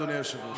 אדוני היושב-ראש.